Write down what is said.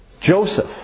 Joseph